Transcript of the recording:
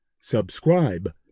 subscribe